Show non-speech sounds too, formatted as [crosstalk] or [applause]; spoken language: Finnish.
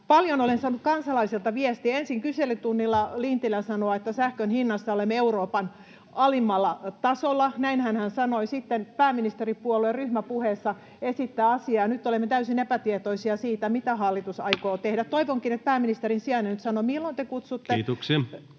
Paljon olen saanut kansalaisilta viestiä. Ensin kyselytunnilla Lintilä sanoi, että sähkön hinnassa olemme Euroopan alimmalla tasolla — näinhän hän sanoi — ja sitten pääministeripuolue ryhmäpuheessa esittää asiaa, ja nyt olemme täysin epätietoisia siitä, mitä hallitus aikoo tehdä. [noise] Toivonkin, että pääministerin sijainen nyt sanoo, milloin te kutsutte ryhmät